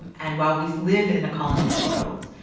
um and while we live in a colonized world,